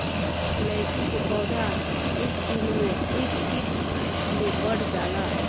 लैकी के पौधा एक दिन मे एक फिट ले बढ़ जाला